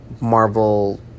Marvel